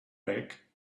back